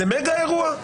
זה מגה אירוע,